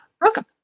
Welcome